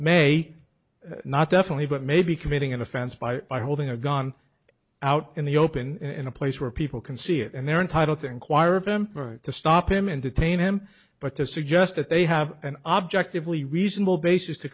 may not definitely but may be committing an offense by by holding a gun out in the open in a place where people can see it and they're entitled to inquire of him to stop him and detain him but to suggest that they have an objectively reasonable basis to